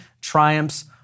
triumphs